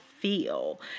feel